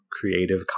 Creative